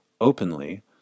openly